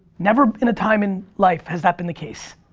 never in a time in life has that been the case.